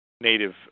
native